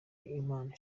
imana